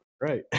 right